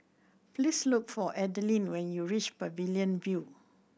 please look for Adaline when you reach Pavilion View